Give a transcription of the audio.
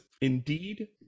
indeed